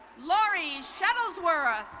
lori shadowsworer.